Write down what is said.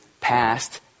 past